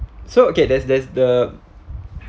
so okay there's there's the